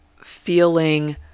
feeling